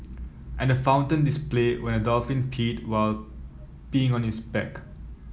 and a fountain display when a dolphin peed while being on his back